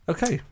Okay